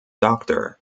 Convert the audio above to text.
doctor